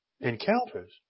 encounters